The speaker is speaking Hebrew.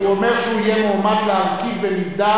הוא אומר שהוא יהיה מועמד להרכיב במידה